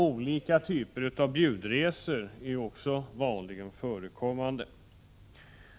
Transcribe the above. Olika typer av bjudresor är också vanligt förekommande.